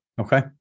Okay